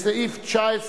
בסעיף 19